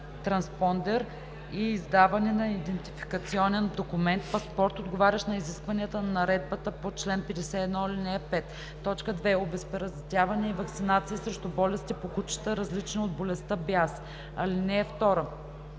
транспондер и издаване на идентификационен документ (паспорт), отговарящи на изискванията на наредбата по чл. 51, ал. 5; 2. обезпаразитяване и ваксинация срещу болести по кучетата, различни от болестта бяс. (2)